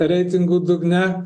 reitingų dugne